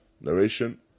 narration